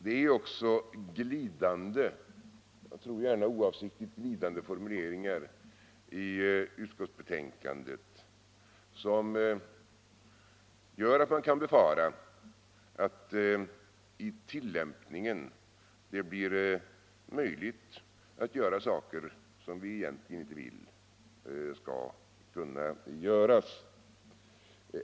Det är också glidande formuleringar —- jag tror gärna oavsiktligt — i utskottsbetänkandet som gör att man kan befara att det i tillämpningen blir möjligt att göra saker som vi egentligen inte vill skall kunna göras.